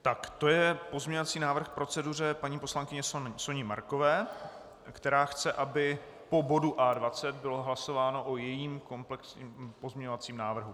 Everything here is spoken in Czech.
To je pozměňovací návrh k proceduře paní poslankyně Soni Markové, která chce, aby po bodu A20 bylo hlasováno o jejím komplexním pozměňovacím návrhu.